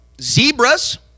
Zebras